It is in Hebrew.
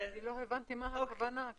לא הבנתי את הכוונה.